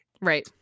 Right